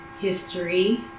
history